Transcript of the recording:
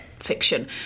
fiction